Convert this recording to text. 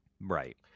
Right